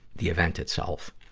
the event itself.